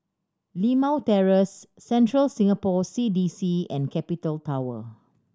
Limau Terrace Central Singapore C D C and Capital Tower